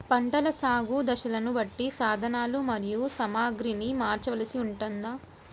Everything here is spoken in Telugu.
పంటల సాగు దశలను బట్టి సాధనలు మరియు సామాగ్రిని మార్చవలసి ఉంటుందా?